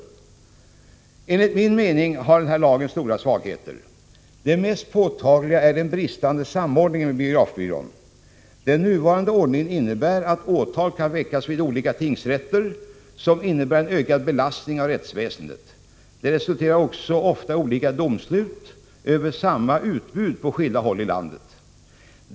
Enligt min mening har denna lag stora svagheter. Den mest påtagliga är den bristande samordningen med biografbyrån. Den nuvarande ordningen innebär att åtal kan väckas vid olika tingsrätter, vilket medför en ökad belastning av rättsväsendet. Det resulterar också ofta i olika domslut över samma utbud på skilda håll i landet.